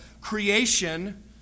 creation